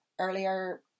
earlier